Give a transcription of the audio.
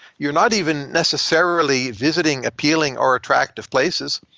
you're not even necessarily visiting appealing or attractive places.